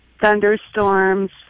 Thunderstorms